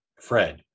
Fred